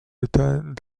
états